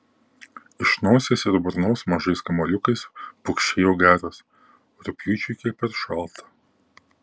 iš nosies ir burnos mažais kamuoliukais pukšėjo garas rugpjūčiui kiek per šalta